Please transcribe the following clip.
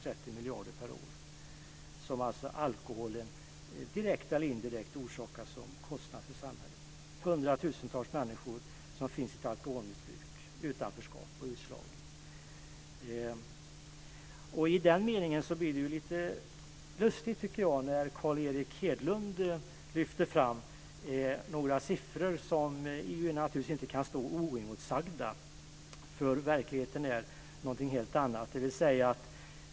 Det gäller då kostnader som alkoholen direkt eller indirekt förorsakar samhället. Det finns hundratusentals människor drabbade av alkoholmissbruk, utanförskap och utslagning. Mot den bakgrunden blir det lite lustigt när Carl Erik Hedlund lyfter fram några siffror som inte kan få stå oemotsagda. Verkligheten är en helt annan.